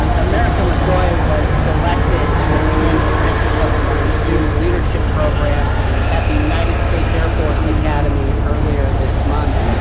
ah america mccoy was selected to attend the frances hesselbein student leadership program at the united states air force academy earlier this month.